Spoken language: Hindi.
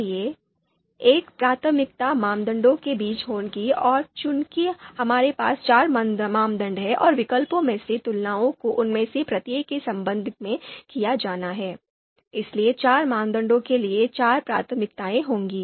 इसलिए एक प्राथमिकता मानदंडों के बीच होगी और चूंकि हमारे पास चार मानदंड हैं और विकल्पों में से तुलनाओं को उनमें से प्रत्येक के संबंध में किया जाना है इसलिए चार मानदंडों के लिए चार प्राथमिकताएँ होंगी